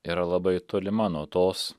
yra labai tolima nuo tos